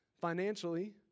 financially